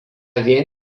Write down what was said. vien